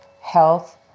health